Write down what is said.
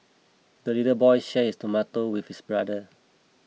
the little boy shared his tomato with his brother